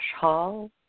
hall